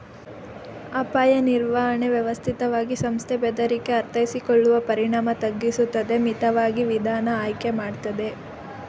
ಅಪಾಯ ನಿರ್ವಹಣೆ ವ್ಯವಸ್ಥಿತವಾಗಿ ಸಂಸ್ಥೆ ಬೆದರಿಕೆ ಅರ್ಥೈಸಿಕೊಳ್ಳುವ ಪರಿಣಾಮ ತಗ್ಗಿಸುತ್ತದೆ ಮಿತವಾದ ವಿಧಾನ ಆಯ್ಕೆ ಮಾಡ್ತದೆ